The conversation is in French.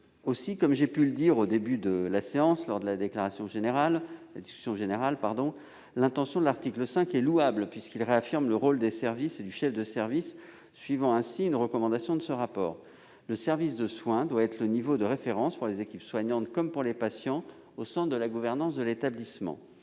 Aussi, comme j'ai pu le dire au début de la séance, au cours de la discussion générale, l'intention des auteurs de l'article 5 est louable, puisque ce dernier réaffirme le rôle des services et du chef de service, suivant ainsi une recommandation du rapport Claris. Le service de soins doit être le niveau de référence pour les équipes soignantes comme pour les patients au sein de la gouvernance de l'établissement.